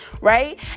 right